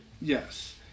Yes